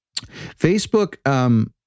Facebook